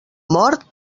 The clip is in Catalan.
mort